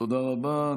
תודה רבה.